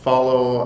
Follow